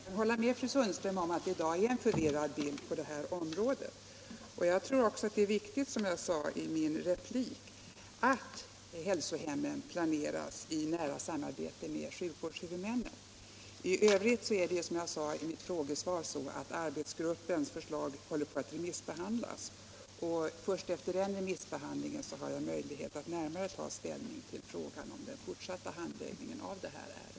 Herr talman! Jag kan hålla med fru Sundström om att det i dag är en förvirrad bild på detta område. Jag tror också att det är viktigt, som jag sade i min replik, att hälsohemmen planeras i nära samarbete med sjukvårdshuvudmännen. I övrigt är det, som jag sade i mitt frågesvar, så att arbetsgruppens förslag håller på att remissbehandlas. Först efter denna remissbehandling har jag möjlighet att närmare ta ställning till frågan om den fortsatta handläggningen av detta ärende.